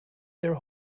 their